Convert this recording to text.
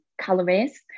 calories